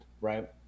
Right